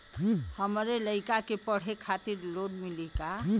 हमरे लयिका के पढ़े खातिर लोन मिलि का?